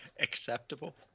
acceptable